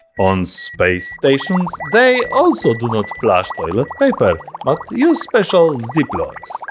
on space stations they also do not flush toilet paper but use special ziplocks.